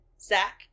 Zach